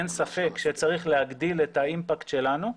אין ספק שצרך להגדיל את האימפקט שלנו.